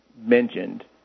mentioned